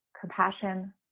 compassion